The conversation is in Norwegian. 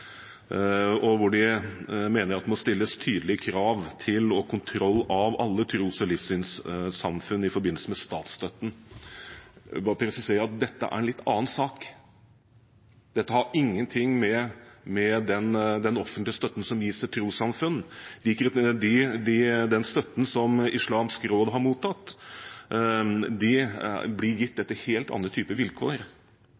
De mener at det må stilles tydelige krav til og gjennomføres kontroll av alle tros- og livssynssamfunn i forbindelse med statsstøtten. Jeg vil bare presisere at dette er en litt annen sak. Dette har ingen ting med den offentlige støtten som gis til trossamfunn, å gjøre. Den støtten som Islamsk Råd Norge har mottatt, blir gitt